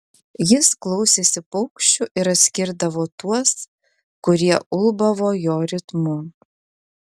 jis klausėsi paukščių ir atskirdavo tuos kurie ulbavo jo ritmu